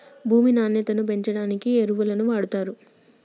భూమి నాణ్యతను పెంచడానికి ఎరువులను వాడుతారు